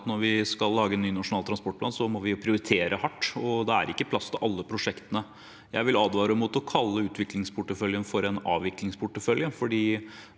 at når vi skal lage ny Nasjonal transportplan, må vi prioritere hardt. Da er det ikke plass til alle prosjektene. Jeg vil advare mot å kalle utviklingsporteføljen for en avviklingsportefølje.